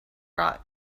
brought